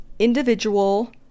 individual